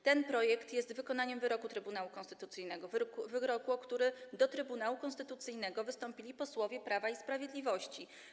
Ten projekt jest wykonaniem wyroku Trybunału Konstytucyjnego, wyroku, o który do Trybunału Konstytucyjnego wystąpili posłowie Prawa i Sprawiedliwości.